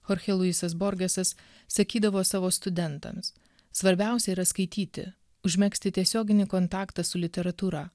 chorchė luisas borgesas sakydavo savo studentams svarbiausia yra skaityti užmegzti tiesioginį kontaktą su literatūra